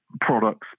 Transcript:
products